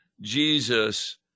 Jesus